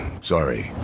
Sorry